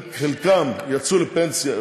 חלקם יצאו לפנסיה,